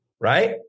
Right